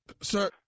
Sir